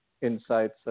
insights